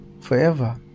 forever